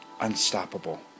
unstoppable